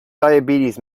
diabetes